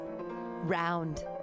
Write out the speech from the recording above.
round